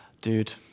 Dude